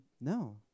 No